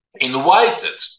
Invited